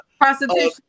prostitution